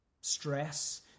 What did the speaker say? stress